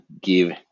give